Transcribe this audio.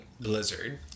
Blizzard